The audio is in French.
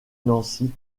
nancy